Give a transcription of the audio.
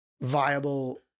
viable